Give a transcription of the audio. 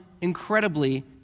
incredibly